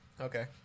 Okay